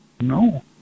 No